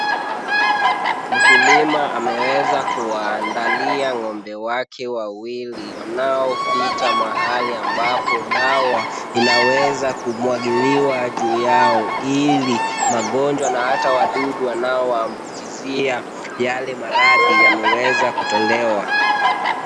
Mkulima ameweza kuwaandalia ng'ombe wake wawili wanaopita mahali ambapo dawa inaweza kumwagiliwa juu yao ili magonjwa na hata wadudu wanao waambukizia yale maradhi yameweza kutolewa.